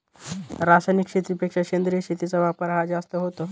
रासायनिक शेतीपेक्षा सेंद्रिय शेतीचा वापर हा जास्त होतो